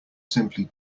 simply